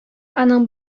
аның